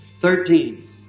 Thirteen